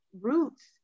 roots